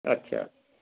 আচ্ছা